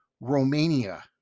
Romania